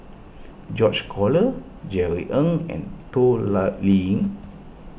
George Collyer Jerry Ng and Toh lie Liying